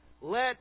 Let